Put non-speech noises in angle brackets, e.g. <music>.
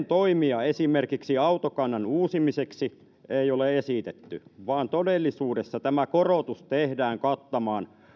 <unintelligible> toimia esimerkiksi autokannan uusimiseksi ei ole esitetty vaan todellisuudessa tämä korotus tehdään kattamaan